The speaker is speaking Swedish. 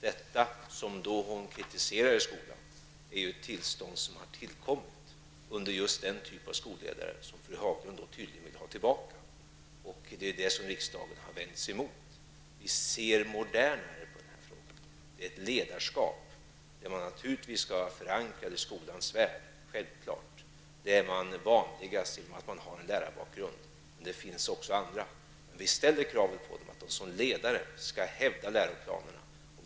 Det som fru Haglund kritiserar i skolan är ett tillstånd som har uppkommit under just den typ av skolledare som fru Haglund tydligen vill ha tillbaka, och det är detta som riksdagen har vänt sig emot. Vi ser modernare på den här frågan. Det är fråga om ett ledarskap som naturligtvis kräver en förankring i skolans värld. Denna förankring kommer sig vanligen av att man har en lärarbakgrund, men det finns också andra möjligheter. Vi ställer emellertid det kravet på skolledarna att de såsom ledare skall hävda läroplanerna.